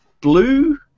blue